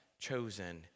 chosen